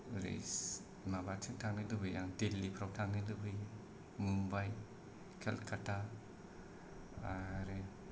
ओरै माबाथिं थांनो लुबैयो आं दिल्लीफ्राव थांनो लुबैयो मुम्बाइ केलकाता आरो